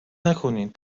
نکنین